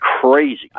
crazy